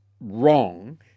wrong